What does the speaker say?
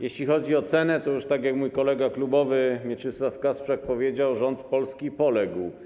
Jeśli chodzi o cenę, to tak jak mój kolega klubowy Mieczysław Kasprzak już powiedział, rząd polski poległ.